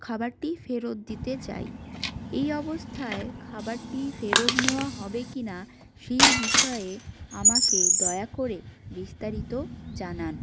খাবারটি ফেরত দিতে চাই এই অবস্থায় খাবারটি ফেরত নেওয়া হবে কিনা সেই বিষয়ে আমাকে দয়া করে বিস্তারিত জানান